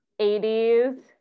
80s